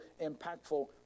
impactful